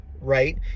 right